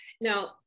Now